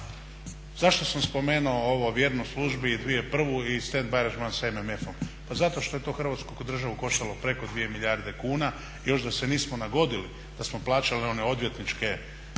Zašto sam spomenuo ovo vjernost službi i 2001. i stand by aranžman s MMF-om, pa zato što je to Hrvatsku državu koštalo preko 2 milijarde kuna. Još da se nismo nagodili, da smo plaćali one odvjetničke